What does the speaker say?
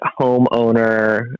homeowner